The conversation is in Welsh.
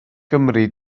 gymri